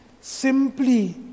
simply